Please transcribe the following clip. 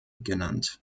genannt